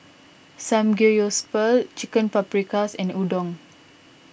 Samgyeopsal Chicken Paprikas and Udon